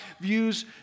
views